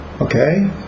Okay